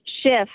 shift